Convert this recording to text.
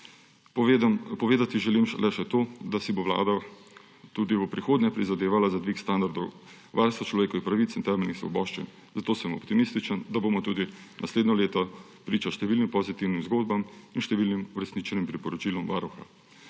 Povedati želim le še to, da si bo Vlada tudi v prihodnje prizadevala za dvig standardov varstva človekovih pravic in temeljnih svoboščin, zato sem optimističen, da bomo tudi naslednje leto priča številnim pozitivnim zgodbam in številnim uresničenim priporočilom Varuha.